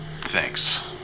Thanks